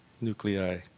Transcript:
nuclei